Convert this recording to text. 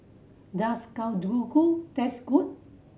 does Kalguksu taste good